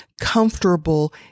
comfortable